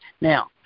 Now